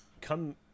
come